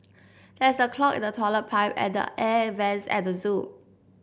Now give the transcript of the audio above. there is a clog in the toilet pipe and the air vents at the zoo